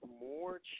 more